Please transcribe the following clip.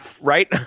right